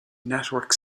network